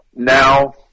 Now